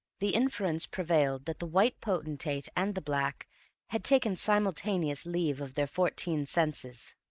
the inference prevailed that the white potentate and the black had taken simultaneous leave of their fourteen senses.